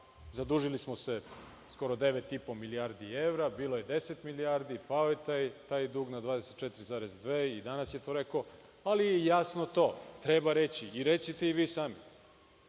zadužili skoro 9,5 milijardi evra, bilo je 10 milijardi, pao je taj dug na 24,2 i danas je to rekao, ali je jasno to, treba reći, recite i vi sami.